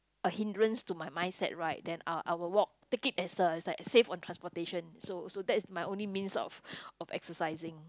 a hindrance to my mindset right then I'll I will walk take it as a it's like a save on transportation so so that's my only means of of exercising